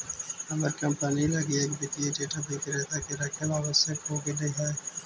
हमर कंपनी लगी एक वित्तीय डेटा विक्रेता के रखेला आवश्यक हो गेले हइ